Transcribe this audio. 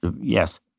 Yes